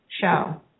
show